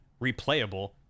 replayable